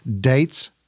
Dates